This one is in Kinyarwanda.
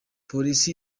polisi